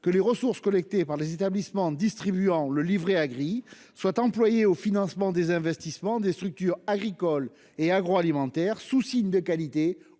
que les ressources collectées par les établissements en distribuant le Livret A gris soit employé au financement des investissements des structures agricoles et agroalimentaires sous signe de qualité